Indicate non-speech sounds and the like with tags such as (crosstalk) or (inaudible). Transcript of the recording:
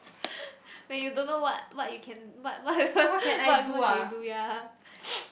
(breath) when you don't know what what you can what what (noise) what what can you do ya (noise)